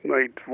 Night